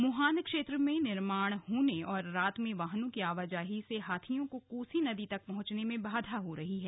मोहान क्षेत्र में निर्माण होने और रात में वाहनों की आवाजाही से हाथियों को कोसी नदी तक पहुंचने में बाधा हो रही है